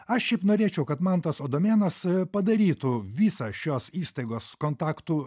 aš šiaip norėčiau kad mantas adomėnas padarytų visą šios įstaigos kontaktų